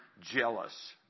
jealous